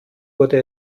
wurde